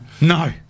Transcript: No